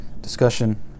discussion